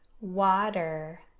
water